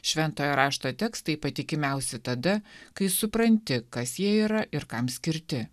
šventojo rašto tekstai patikimiausi tada kai supranti kas jie yra ir kam skirti